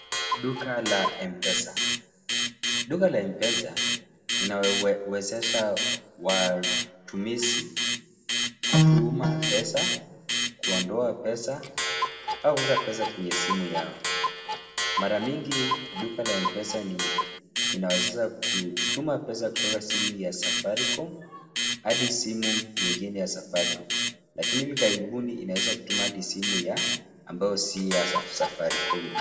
Duka la M-Pesa, duka la M-Pesa linawawezesha watumizi kutuma pesa, kuondoa pesa, kuweka pesa kwenye simu yao. Mara mingi duka la M-Pesa linawezesha kutuma pesa kutoka simu ya Safaricom hadi simu nyingine ya Safaricom. Lakini hivi karibuni inaweza kutuma hadi simu ya ambayo si ya Safaricom.